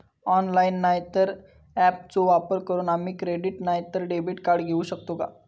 Online नाय तर ऍपचो वापर करून आम्ही क्रेडिट नाय तर डेबिट कार्ड घेऊ शकतो का?